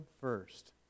first